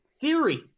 theory